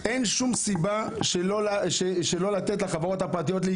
אין שום סיבה לא לתת לחברות הפרטיות להיכנס.